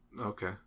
okay